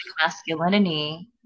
masculinity